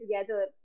together